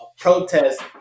Protest